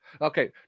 Okay